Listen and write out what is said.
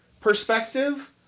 perspective